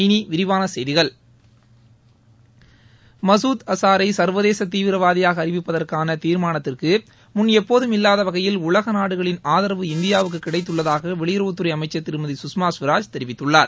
இனி விரிவான செய்திகள் மசூத் அசாளர சுர்வதேச தீவிரவாதியாக அறிவிப்பதற்கான தீர்மானத்திற்கு முன் எப்போதும் இல்லாத வகையில் உலக நாடுகளின் ஆதரவு இந்தியாவுக்கு கிடைத்துள்ளதாக வெளியறவுத்துறை அமைக்கர் திருமதி சுஷ்மா ஸ்வராஜ் தெரிவித்துள்ளார்